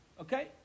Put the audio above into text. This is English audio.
Okay